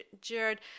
Jared